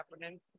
happening